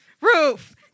Roof